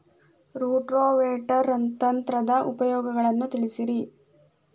rotavator ಯಂತ್ರದ ಉಪಯೋಗಗಳನ್ನ ತಿಳಿಸಿರಿ